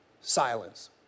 silence